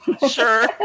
Sure